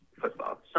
football